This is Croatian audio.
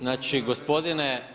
Znači gospodine